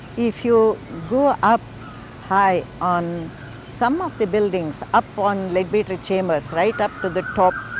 if you go up high on some of the buildings, up on leadbeater chambers, right up to the top,